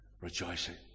Rejoicing